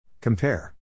Compare